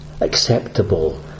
acceptable